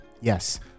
yes